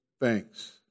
thanks